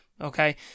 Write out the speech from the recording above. Okay